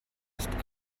ist